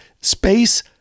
space